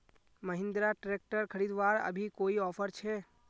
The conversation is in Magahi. महिंद्रा ट्रैक्टर खरीदवार अभी कोई ऑफर छे?